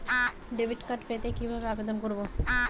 Debit card পেতে কিভাবে আবেদন করব?